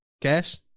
Cash